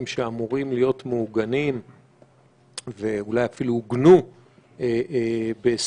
שאמורים להיות מעוגנים ואולי אפילו עוגנו בהסכמים